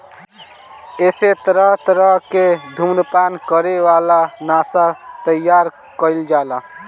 एसे तरह तरह के धुम्रपान करे वाला नशा तइयार कईल जाला